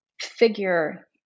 figure